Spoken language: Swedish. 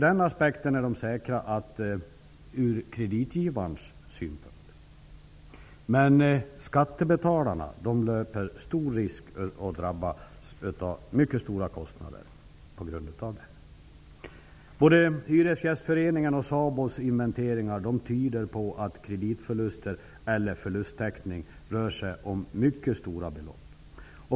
De är säkra ur kreditgivarens synpunkt, men skattebetalarna löper stor risk att drabbas av mycket stora kostnader. Både Hyresgästföreningens och SABO:s inventeringar tyder på att kreditförlusterna eller förlusttäckningarna rör sig om mycket stora belopp.